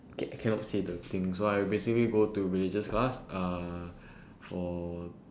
okay I cannot say the thing so I basically go to religious class uh for